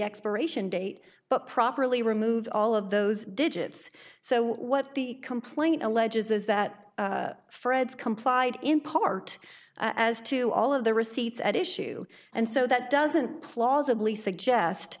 expiration date but properly removed all of those digits so what the complaint alleges is that fred's complied in part as to all of the receipts at issue and so that doesn't plausibly suggest